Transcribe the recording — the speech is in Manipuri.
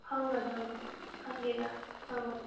ꯐꯪꯒꯗꯣꯏꯅꯣ ꯍꯡꯒꯦꯅ ꯇꯧꯕꯅꯤ